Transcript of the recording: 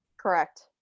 correct